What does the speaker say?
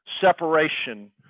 separation